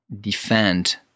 defend